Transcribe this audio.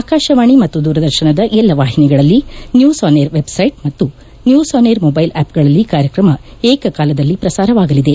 ಆಕಾಶವಾಣಿ ಮತ್ತು ದೂರದರ್ಶನದ ಎಲ್ಲ ವಾಹಿನಿಗಳಲ್ಲಿ ನ್ಯೂಸ್ ಆನ್ ಏರ್ ವೆಬ್ಸೈಟ್ ಮತ್ತು ನ್ಯೂಸ್ ಆನ್ ಏರ್ ಮೊಬೈಲ್ ಆ್ಯಪ್ಗಳಲ್ಲಿ ಕಾರ್ಯಕ್ರಮ ಏಕೆಕಾಲದಲ್ಲಿ ಪ್ರಸಾರವಾಗಲಿದೆ